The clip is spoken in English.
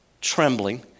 trembling